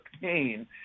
pain